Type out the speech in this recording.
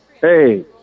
Hey